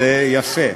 זה יפה.